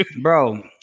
Bro